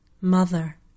Mother